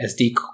SD